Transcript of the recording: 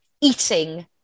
eating